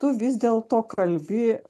tu vis dėlto kalbi